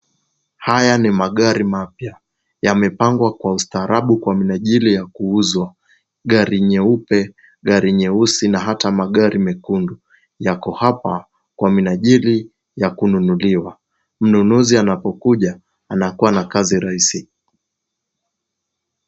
Haya ni magari mapya. Yamepangwa kwa ustaarabu kwa minajili ya kuuzwa. Gari nyeupe, gari nyeusi na hata magari mekundu yako hapa, kwa minajili ya kununuliwa. Mnunuzi anapokuja anakuwa na kazi rahisi.